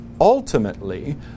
ultimately